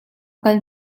kal